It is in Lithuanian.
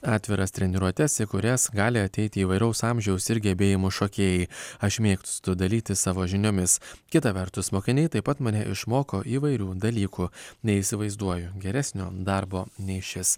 atviras treniruotes į kurias gali ateiti įvairaus amžiaus ir gebėjimų šokėjai aš mėgstu dalytis savo žiniomis kita vertus mokiniai taip pat mane išmoko įvairių dalykų neįsivaizduoju geresnio darbo nei šis